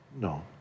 no